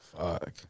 Fuck